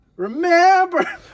Remember